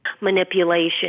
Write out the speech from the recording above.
Manipulation